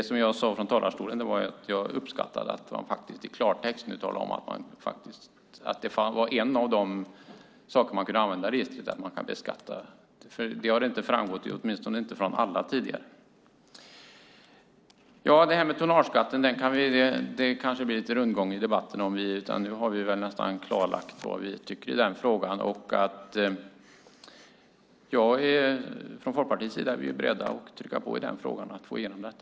Som jag sade i mitt huvudanförande uppskattar jag att oppositionen nu i klartext talar om att en av de saker registret skulle kunna användas till är beskattning. Det har inte framgått tidigare, åtminstone inte från alla. Vad gäller tonnageskatten blir det nästan lite rundgång i debatten. Nu har vi nog klargjort vad vi tycker i den frågan. Från Folkpartiets sida är vi beredda att trycka på för att få igenom detta.